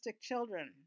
children